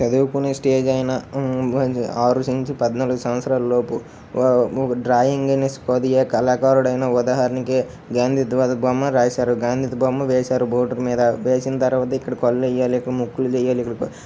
చదువుకునే స్టేజ్ అయినా ఆరు నుంచి పద్నాలుగు సంవత్సరాలలోపు ఒక డ్రాయింగ్ అనేసి కళాకారుడైనా ఉదాహరణకి గాంధీ తాత బొమ్మ రాశారు గాంధీ తాత బొమ్మ వేశారు బోర్డు మీద వేసిన తర్వాత ఇక్కడ కళ్ళు వేయాలి ఇక్కడ ముక్కు వేయాలి ఇక్కడ